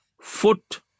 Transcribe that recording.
foot